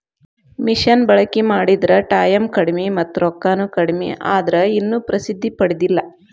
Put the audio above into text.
ಮಿಷನ ಬಳಕಿ ಮಾಡಿದ್ರ ಟಾಯಮ್ ಕಡಮಿ ಮತ್ತ ರೊಕ್ಕಾನು ಕಡಮಿ ಆದ್ರ ಇನ್ನು ಪ್ರಸಿದ್ದಿ ಪಡದಿಲ್ಲಾ